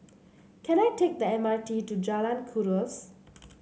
can I take the M R T to Jalan Kuras